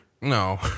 no